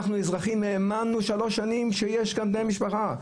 אנחנו האזרחים האמנו שלוש שנים שיש כאן בני משפחה,